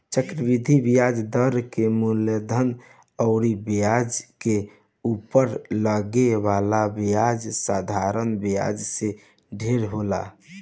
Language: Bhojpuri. चक्रवृद्धि ब्याज दर के मूलधन अउर ब्याज के उपर लागे वाला ब्याज साधारण ब्याज से ढेर होला